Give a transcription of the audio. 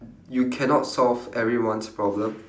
you cannot solve everyone's problem